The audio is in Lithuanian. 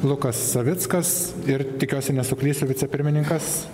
lukas savickas ir tikiuosi nesuklysiu vicepirmininkas